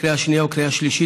לקריאה שנייה ולקריאה שלישית,